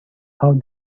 how